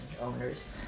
owners